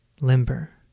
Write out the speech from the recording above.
limber